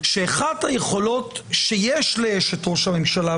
שאחת מהיכולות שיש לאשת ראש הממשלה,